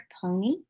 pony